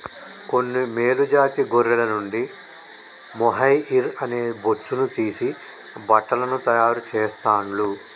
కొన్ని మేలు జాతి గొర్రెల నుండి మొహైయిర్ అనే బొచ్చును తీసి బట్టలను తాయారు చెస్తాండ్లు